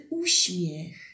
uśmiech